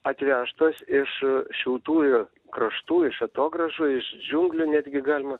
atvežtos iš šiltųjų kraštų iš atogrąžų iš džiunglių netgi galima